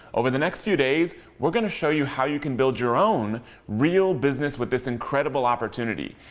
over the next few days, we're gonna show you how you can build your own real business with this incredible opportunity.